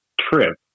trip